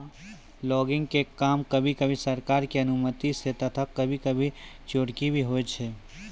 logging के काम कभी कभी सरकार के अनुमती सॅ तथा कभी कभी चोरकी भी होय छै